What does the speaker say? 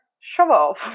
shovel